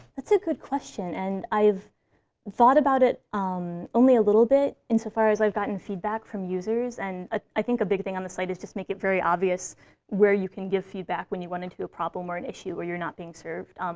that's a good question. and i've thought about it um only a little bit, insofar as i've gotten feedback from users. and i think a big thing on the site is just make it very obvious where you can give feedback, when you run into a problem or an issue where you're not being served.